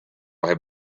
had